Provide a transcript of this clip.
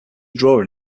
drawing